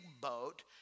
boat